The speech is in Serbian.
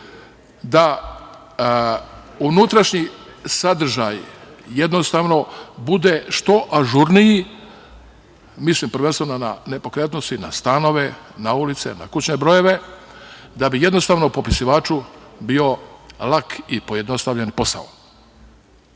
da unutrašnji sadržaj jednostavno bude što ažurniji, mislim prvenstveno na nepokretnosti, na stanove, na ulice, na kućne brojeve, da bi jednostavno popisivaču bio lak i pojednostavljen posao. Bez